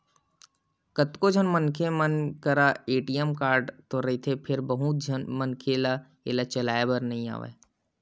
कतको झन मनखे मन करा ए.टी.एम कारड तो रहिथे फेर बहुत झन मनखे ल एला चलाए बर नइ आवय